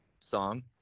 song